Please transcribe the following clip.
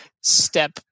step